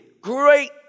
great